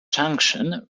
junction